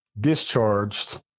discharged